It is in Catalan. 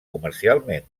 comercialment